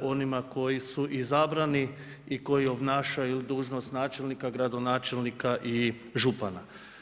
onima koji su izabrani i koji obnašanju dužnost, načelnika, gradonačelnika i župana.